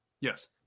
Yes